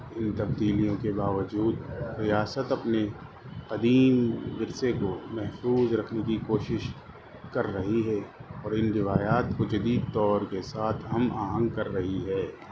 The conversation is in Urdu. ان تبدیلیوں کے باوجود ریاست اپنے قدیم ورثے کو محفوظ رکھنے کی کوشش کر رہی ہے اور ان روایات کو جدید دور کے ساتھ ہم آہنگ کر رہی ہے